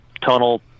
tunnel